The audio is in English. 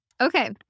okay